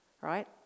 right